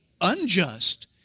unjust